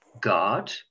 God